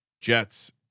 Jets